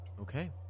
Okay